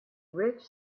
rich